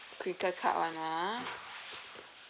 crinkle cut one ah